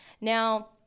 Now